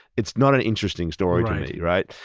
it's not an interesting story to me,